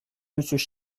monsieur